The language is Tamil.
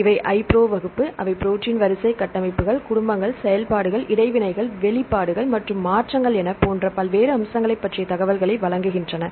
இவை iPro வகுப்பு அவை ப்ரோடீன் வரிசை கட்டமைப்புகள் குடும்பங்கள் செயல்பாடுகள் இடைவினைகள் வெளிப்பாடுகள் மற்றும் மாற்றங்கள் என போன்ற பல்வேறு அம்சங்களைப் பற்றிய தகவல்களை வழங்குகின்றன